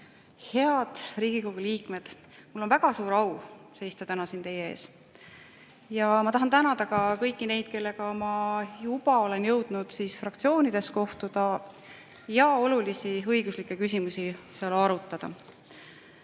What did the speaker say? Head Riigikogu liikmed! Mul on väga suur au seista täna siin teie ees. Ja ma tahan tänada kõiki neid, kellega ma juba olen jõudnud fraktsioonides kohtuda ja olulisi õiguslikke küsimusi seal arutada.